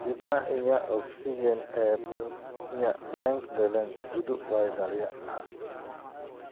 ᱪᱮᱫᱟᱜ ᱤᱧᱟᱹᱜ oxygen app ᱤᱧᱟᱹᱜ ᱵᱮᱝᱠ ᱵᱮᱞᱮᱱᱥ ᱩᱫᱩᱜ ᱵᱟᱭ ᱫᱟᱲᱮᱭᱟᱜᱼᱟ